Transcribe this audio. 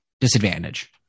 disadvantage